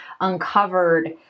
uncovered